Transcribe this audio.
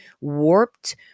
warped